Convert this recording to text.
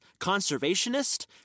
conservationist